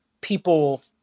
people